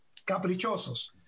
caprichosos